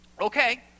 Okay